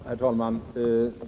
Herr talman!